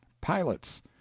pilots